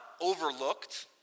overlooked